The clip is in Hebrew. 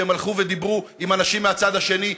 כשהן הלכו ודיברו עם אנשים בצד השני,